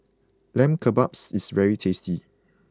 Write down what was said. Lamb Kebabs is very tasty